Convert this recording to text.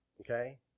okay